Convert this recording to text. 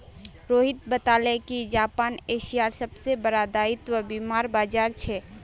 रोहित बताले कि जापान एशियार सबसे बड़ा दायित्व बीमार बाजार छे